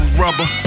rubber